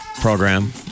program